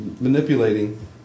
manipulating